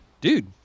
dude